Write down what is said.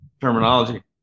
terminology